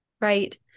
Right